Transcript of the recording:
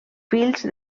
fills